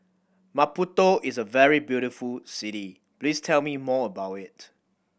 Maputo is a very beautiful city please tell me more about it